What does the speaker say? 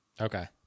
Okay